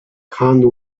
hand